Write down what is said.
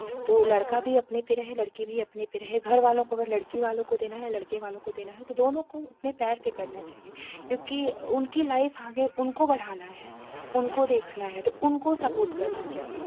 तो लड़का भी अपनी तरह है लड़की भी अपनी तरह है घर वालों को अगर लडकी वालों को देना लड़के वालों को देना है तो दोनों को उतनी प्यार से करना चाहिए क्योंकि उनकी लाईफ आगे उनको बढ़ाना है उनको देखना है तो उनको सपोर्ट करना चाहिए